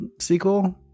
sequel